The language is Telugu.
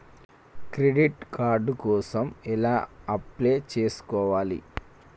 క్రెడిట్ కార్డ్ కోసం ఎలా అప్లై చేసుకోవాలి?